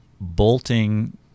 bolting